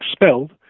expelled